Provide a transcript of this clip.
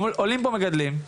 עולים פה מגדלים,